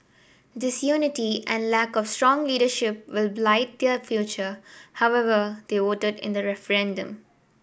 disunity and lack of strong leadership will blight their future however they voted in the referendum